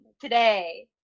Today